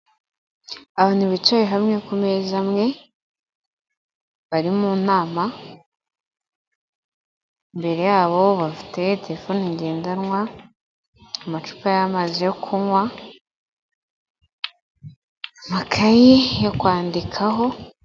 Abantu bicaye hamwe kumeza amwe bari mu nama imbere yabo bafite terefone ngendanwa, amacupa y'amazi yo kunywa, amakayi yo kwandikaho.